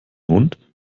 hund